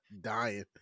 Dying